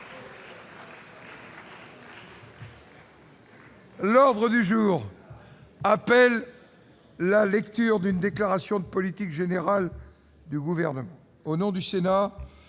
L'ordre du jour appelle la lecture de la déclaration de politique générale du Gouvernement. Au nom du Sénat,